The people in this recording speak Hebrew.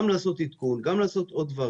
גם לעשות עדכון, גם לעשות עוד דברים.